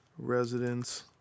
Residents